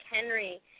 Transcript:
Henry